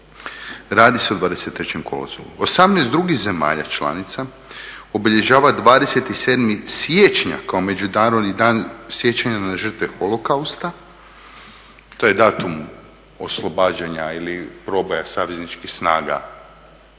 radi se o 23.kolovozu. 18 drugih zemalja članica obilježava 27.siječnja kao Međunarodni dan sjećanja na žrtve holokausta, to je datum oslobađanja ili proboja savezničkih snaga